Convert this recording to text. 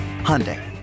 Hyundai